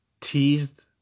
teased